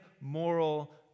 moral